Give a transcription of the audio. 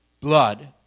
blood